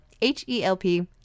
H-E-L-P